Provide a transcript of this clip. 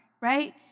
right